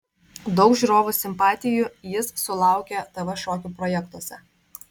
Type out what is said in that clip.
daug žiūrovų simpatijų jis sulaukė tv šokių projektuose